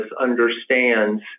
understands